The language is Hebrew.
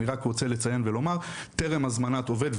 אני רק רוצה לציין ולומר טרם הזמנת עובד,